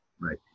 Right